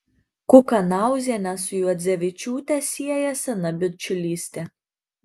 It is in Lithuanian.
kukanauzienę su juodzevičiūte sieja sena bičiulystė